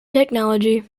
technology